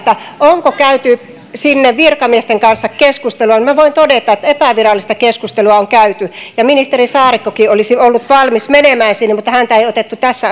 onko käyty niiden virkamiesten kanssa keskustelua niin minä voin todeta että epävirallista keskustelua on käyty ja ministeri saarikkokin olisi ollut valmis menemään sinne mutta häntä ei otettu tässä